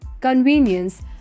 convenience